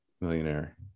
millionaire